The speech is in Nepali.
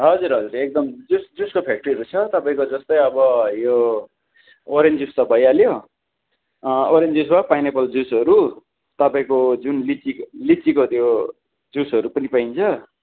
हजुर हजुर एकदम जुस जुसको फ्याक्ट्रीहरू छ तपाईँको जस्तै अब यो ओरेन्ज जुस त भइहाल्यो ओरेन्ज जुस र पाइनएप्पल जुसहरू तपाईँको जुन लिची लिचीको त्यो जुसहरू पनि पाइन्छ